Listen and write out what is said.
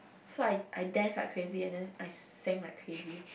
so I I dance like crazy and then I sang like crazy